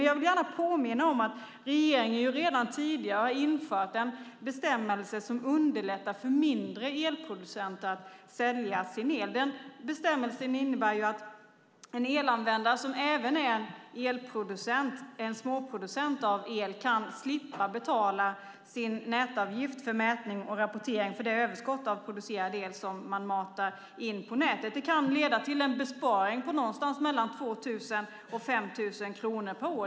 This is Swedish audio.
Jag påminner om att regeringen redan tidigare har infört en bestämmelse som underlättar för mindre elproducenter att sälja sin el. Den bestämmelsen innebär att en elanvändare som även är elproducent kan slippa betala sin nätavgift för mätning och rapportering för det överskott av producerad el som man matar in på nätet. Det kan leda till en besparing på mellan 2 000 och 5 000 kronor per år.